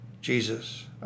Jesus